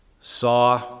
Saw